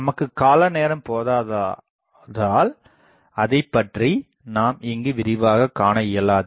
நமக்குக் காலநேரம் போதாததால் அதைபற்றி நாம் இங்கு விரிவாகக் காணஇயலாது